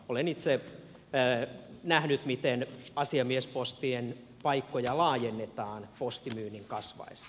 olen itse nähnyt miten asiamiespostien paikkoja laajennetaan postimyynnin kasvaessa